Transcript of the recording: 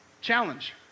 challenge